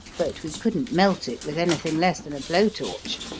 but we couldn't melt it with anything less than a blowtorch.